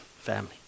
family